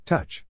Touch